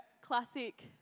classic